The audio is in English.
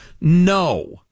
no